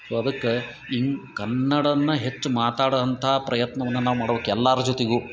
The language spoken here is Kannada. ಸೊ ಅದಕ್ಕೆ ಇನ್ನು ಕನ್ನಡನ್ನ ಹೆಚ್ಚು ಮಾತಾಡೊವಂಥಾ ಪ್ರಯತ್ನವನ್ನ ನಾವು ಮಾಡ್ಬೇಕು ಎಲ್ಲಾರ ಜೊತೆಗು